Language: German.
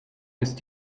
ist